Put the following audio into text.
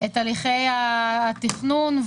את הליכי התכנון.